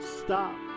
stop